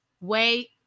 wait